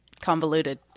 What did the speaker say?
convoluted